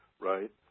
right